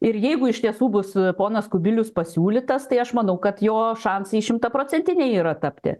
ir jeigu iš tiesų bus ponas kubilius pasiūlytas tai aš manau kad jo šansai šimtaprocentinė yra tapti